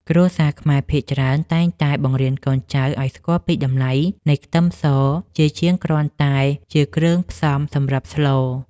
គ្រួសារខ្មែរភាគច្រើនតែងតែបង្រៀនកូនចៅឱ្យស្គាល់ពីតម្លៃនៃខ្ទឹមសជាជាងគ្រាន់តែជាគ្រឿងផ្សំសម្រាប់ស្ល។